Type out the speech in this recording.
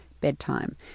bedtime